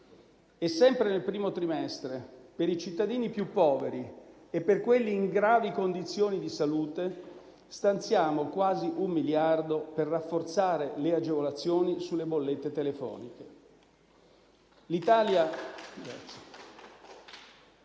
Sempre nel primo trimestre, per i cittadini più poveri e per quelli in gravi condizioni di salute, stanziamo quasi un miliardo per rafforzare le agevolazioni sulle bollette telefoniche.